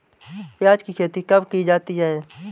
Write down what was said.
प्याज़ की खेती कब की जाती है?